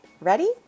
Ready